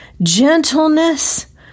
gentleness